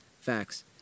facts